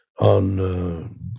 on